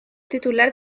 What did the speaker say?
titular